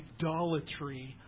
idolatry